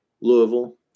Louisville